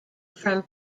from